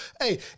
Hey